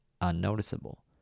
unnoticeable